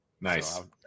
Nice